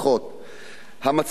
במצב הקיים כיום,